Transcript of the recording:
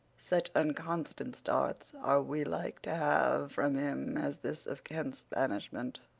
such unconstant starts are we like to have from him as this of kent's banishment.